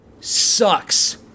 sucks